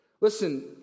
Listen